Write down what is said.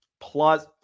Plus